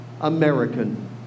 American